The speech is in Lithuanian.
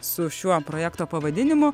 su šiuo projekto pavadinimu